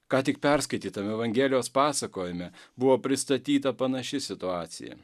ką tik perskaitytame evangelijos pasakojime buvo pristatyta panaši situacija